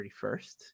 31st